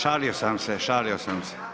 Šalio sam se, šalio sam se.